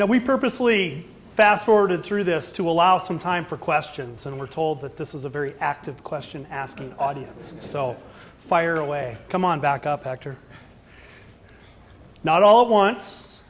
know we purposely fast forwarded through this to allow some time for questions and we're told that this is a very active question asking audience so fire away come on back up actor not all